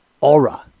Aura